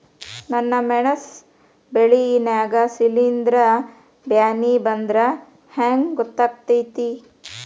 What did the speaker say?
ನನ್ ಮೆಣಸ್ ಬೆಳಿ ನಾಗ ಶಿಲೇಂಧ್ರ ಬ್ಯಾನಿ ಬಂದ್ರ ಹೆಂಗ್ ಗೋತಾಗ್ತೆತಿ?